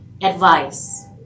advice